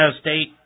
State